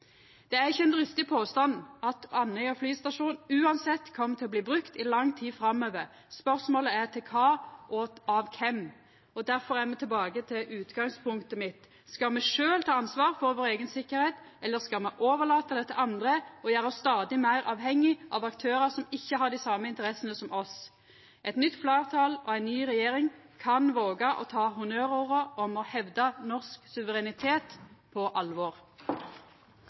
Det er ikkje ein dristig påstand at Andøya flystasjon uansett kjem til å bli brukt i lang tid framover. Spørsmålet er til kva og av kven. Derfor er me tilbake til utgangspunktet mitt: Skal me sjølve ta ansvar for vår eiga sikkerheit, eller skal me overlata det til andre og gjera oss stadig meir avhengig av aktørar som ikkje har dei same interessene som oss? Eit nytt fleirtal og ei ny regjering kan våga å ta honnørorda om å hevda norsk suverenitet på alvor.